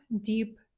deep